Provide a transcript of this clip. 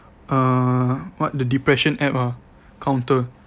uh our the depression app ah counter